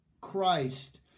Christ